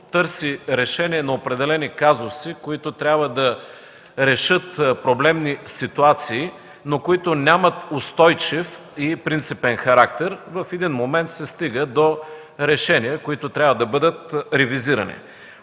търси решение на определени казуси, които трябва да решат проблемни ситуации, но нямат устойчив и принципен характер, в един момент се стига до решения, които трябва да бъдат ревизирани.